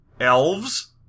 elves